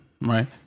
Right